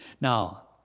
Now